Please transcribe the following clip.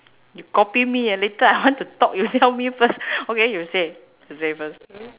you copy me ah later I want to talk you tell me first okay you say you say first